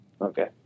okay